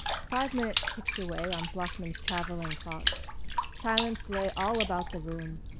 five minutes ticked away on bloeckman's travelling clock silence lay all about the room,